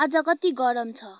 आज कति गरम छ